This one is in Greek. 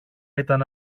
ήταν